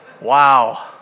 Wow